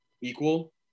equal